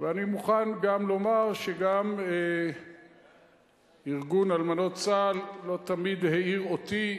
ואני מוכן גם לומר שגם ארגון אלמנות צה"ל לא תמיד העיר אותי,